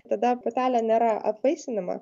tada patelė nėra apvaisinama